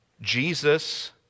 Jesus